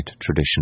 tradition